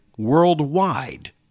worldwide